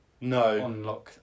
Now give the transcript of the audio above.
No